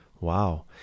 Wow